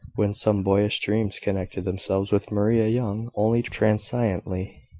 when some boyish dreams connected themselves with maria young only transiently,